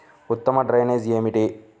ఉత్తమ డ్రైనేజ్ ఏమిటి?